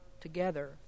together